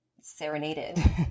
serenaded